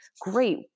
Great